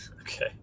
Okay